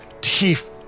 teeth